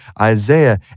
Isaiah